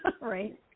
right